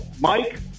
Mike